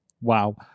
wow